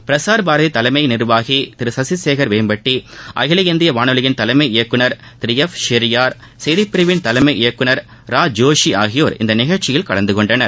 பிரஸா்பாரதி தலைமை நிர்வாகி திரு சசிசேகர் வேம்பட்டி அகில இந்திய வானொலியின் தலைமை இயக்குநர் திரு எப் ஷெரியார் செய்திப் பிரிவின் தலைமை இயக்குநர் இரா ஜோஷி ஆகியோர் இந்நிகழ்ச்சியில் கலந்து கொண்டனர்